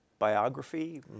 biography